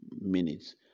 minutes